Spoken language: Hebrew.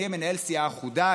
אני מנהל סיעה אחודה,